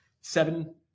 seven